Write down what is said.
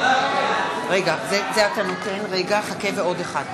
הודעת יושב-ראש הכנסת נתקבלה.